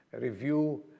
review